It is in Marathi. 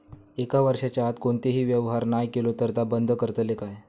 एक वर्षाच्या आत कोणतोही व्यवहार नाय केलो तर ता बंद करतले काय?